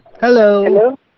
Hello